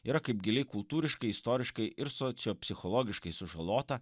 yra kaip giliai kultūriškai istoriškai ir socio psichologiškai sužalota